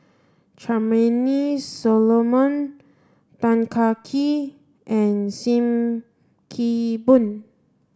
Charmaine Solomon Tan Kah Kee and Sim Kee Boon